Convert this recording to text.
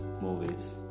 movies